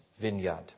vineyard